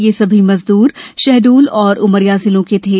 ये सभी मजद्र शहडोल और उमरिया जिलों के थे